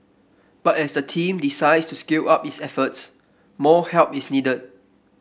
but as the team decides to scale up its efforts more help is needed